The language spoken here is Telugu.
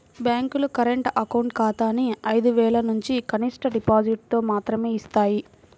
బ్యేంకులు కరెంట్ అకౌంట్ ఖాతాని ఐదు వేలనుంచి కనిష్ట డిపాజిటుతో మాత్రమే యిస్తాయి